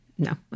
No